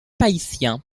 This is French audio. haïtien